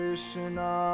Krishna